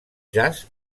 jazz